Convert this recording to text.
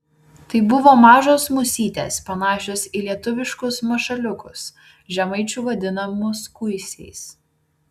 tai buvo mažos musytės panašios į lietuviškus mašaliukus žemaičių vadinamus kuisiais